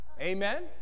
Amen